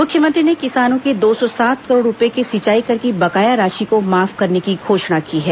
मुख्यमंत्री ने किसानों के दो सौ सात करोड़ रूपए के सिंचाई कर की बकाया राशि को माफ करने की घोषणा की है